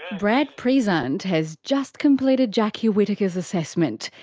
brad prezant has just completed jackie whittaker's assessment,